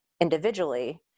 individually